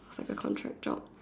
like a contract job